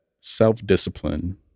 self-discipline